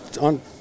on